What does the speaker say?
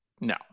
No